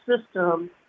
system